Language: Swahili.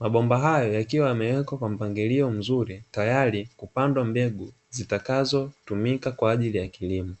Mabomba hayo yakiwa yamewekwa kwa mpangilio mzuri, tayari kupandwa mbegu zitakazotumika kwa ajili ya kilimo.